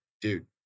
dude